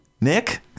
nick